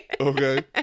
Okay